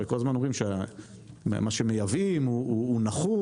הרי כל הזמן אומרים שמה שמייבאים הוא נחות,